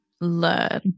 learn